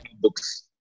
books